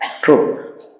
truth